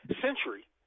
century